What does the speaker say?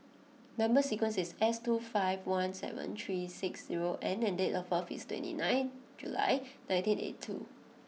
number sequence is S two five one seven three six zero N and date of birth is twenty nine July nineteen eighty two